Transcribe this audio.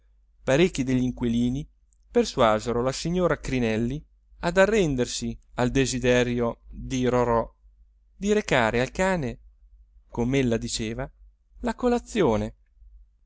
parecchi degli inquilini persuasero la signora crinelli ad arrendersi al desiderio di rorò di recare al cane com'ella diceva la colazione